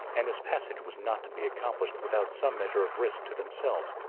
and this passage was not to be accomplished without some measure of risk to themselves.